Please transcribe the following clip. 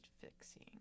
fixing